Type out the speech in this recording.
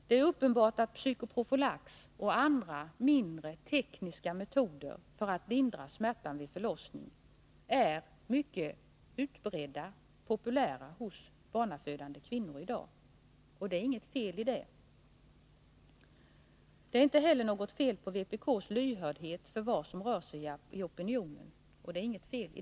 Det är uppenbart att psykoprofylax och andra mindre tekniska metoder för att lindra smärta vid förlossning i dag är mycket populära hos barnafödande kvinnor — och det är inget fel i det. Det är inte heller något fel på vpk:s lyhördhet för vad som rör sig i opinionen.